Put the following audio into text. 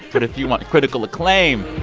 but if you want critical acclaim.